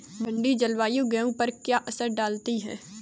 ठंडी जलवायु गेहूँ पर क्या असर डालती है?